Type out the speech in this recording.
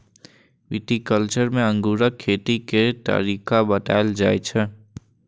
viticulture मे अंगूरक खेती के तरीका बताएल जाइ छै